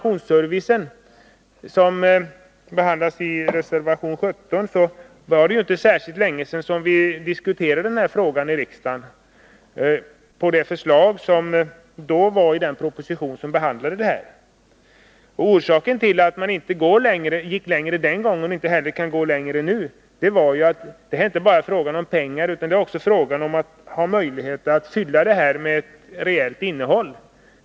I reservation 17 behandlas den toxikologiska informationsservicen. Det är inte särskilt länge sedan vi diskuterade den frågan här i riksdagen, med anledning av förslag framlagda i en proposition. Orsaken till att man den gången inte gick längre än man gjorde — så är fallet nu också — var ju att det inte bara var fråga om pengar. Det gällde också att få ett reellt innehåll.